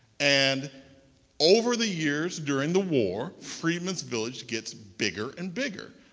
and over the years during the war, freedman's village gets bigger and bigger.